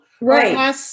right